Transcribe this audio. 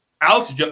Alex